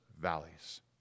valleys